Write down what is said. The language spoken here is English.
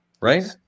right